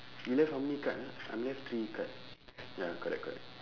you left how many card ah I'm left three card ya correct correct